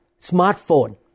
smartphone